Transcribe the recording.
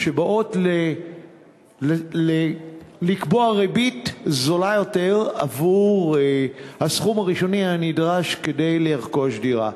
שבאות לקבוע ריבית זולה יותר עבור הסכום הראשוני הנדרש כדי לרכוש דירה.